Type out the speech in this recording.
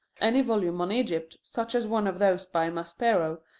any volume on egypt, such as one of those by maspero,